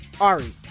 Ari